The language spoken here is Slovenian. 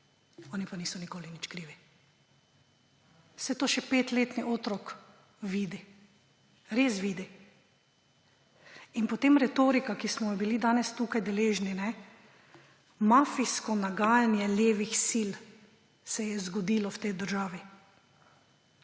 oni pa niso nikoli ničesar krivi. Saj to še petletni otrok vidi, res vidi. In potem retorika, ki smo jo bili danes tukaj deležni: »Mafijsko nagajanje levih sil se je zgodilo v tej državi.«